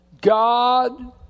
God